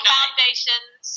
Foundations